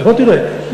בוא תראה,